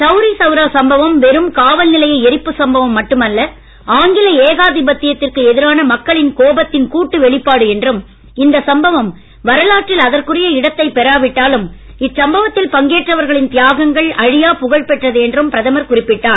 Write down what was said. சவுரி சவுரா சம்பவம் வெறும் காவல்நிலைய எரிப்பு சம்பவம் மட்டுமல்ல ஆங்கில ஏகாதிபத்தியத்திற்கு எதிரான மக்களின் கோபத்தின் கூட்டு வெளிப்பாடு என்றும் இந்த சம்பவம் வரலாற்றில் அதற்குரிய இடத்தை பெறாவிட்டாலும் இச்சம்பவத்தில் பங்கேற்றவர்களின் தியாகங்கள் அழியாப் புகழ் பெற்றது என்றும் பிரதமர் குறிப்பிட்டார்